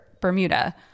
Bermuda